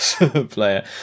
player